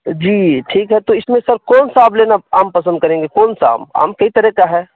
جی ٹھیک ہے تو اس میں سر کون سا آپ لینا آم پسند کریں گے کون سا آم آم کئی طرح کا ہے